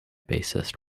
bassist